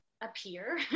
appear